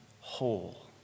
whole